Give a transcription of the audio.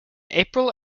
april